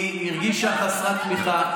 היא הרגישה חסרת תמיכה.